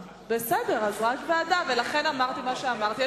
בסדר, רק ועדה, ולכן אמרתי את מה שאמרתי.